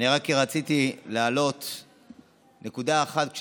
רציתי להעלות רק נקודה אחת.